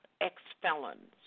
Ex-felons